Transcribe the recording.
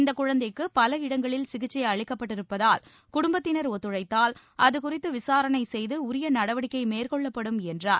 இந்தக் குழந்தைக்கு பல இடங்களில் சிகிச்சை அளிக்கப்பட்டிருப்பதால் குடும்பத்தினர் ஒத்துழைத்தால் அதுகுறித்து விசாரணை செய்து உரிய நடவடிக்கை மேற்கொள்ளப்படும் என்றார்